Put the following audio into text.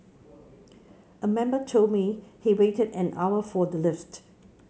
a member told me he waited an hour for the lift